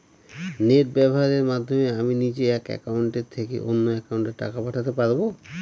Net ব্যবহারের মাধ্যমে আমি নিজে এক অ্যাকাউন্টের থেকে অন্য অ্যাকাউন্টে টাকা পাঠাতে পারব?